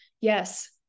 Yes